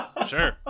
Sure